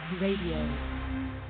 radio